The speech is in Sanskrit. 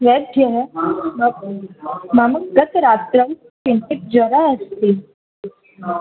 वैद्यः मम गतरात्रौ किञ्चित् ज्वर अस्ति